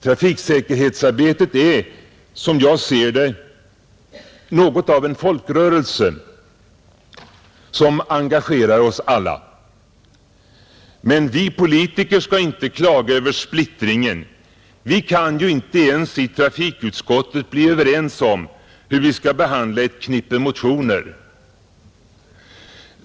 Trafiksäkerhetsarbetet är, som jag ser det, något av en folkrörelse som engagerar oss alla, Men vi politiker skall inte klaga över splittringen. Vi kan ju inte ens i trafikutskottet bli överens om hur vi skall behandla ett knippe motioner.